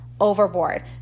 overboard